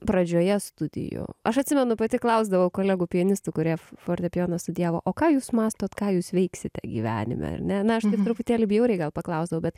pradžioje studijų aš atsimenu pati klausdavau kolegų pianistų kurie fortepijoną studijavo o ką jūs mąstot ką jūs veiksite gyvenime ar ne na aš taip truputėlį bjauriai gal paklausdavau bet